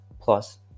Plus